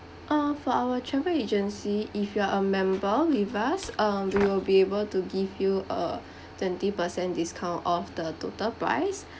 uh for our travel agency if you are a member with us um we'll be able to give you a twenty percent discount off the total price